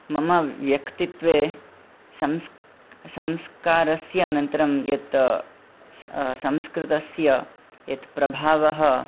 मम व्यक्तित्वे संस् संस्कारस्य अनन्तरम् यत् संस्कृतस्य यत् प्रभावः